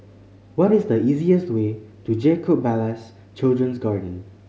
what is the easiest way to Jacob Ballas Children's Garden